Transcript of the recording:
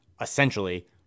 essentially